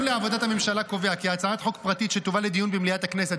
לעבודת הממשלה קובע כי הצעת חוק פרטית שתובא לדיון במליאת הכנסת